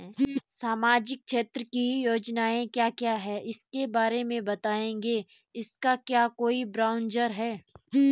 सामाजिक क्षेत्र की योजनाएँ क्या क्या हैं उसके बारे में बताएँगे इसका क्या कोई ब्राउज़र है?